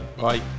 Bye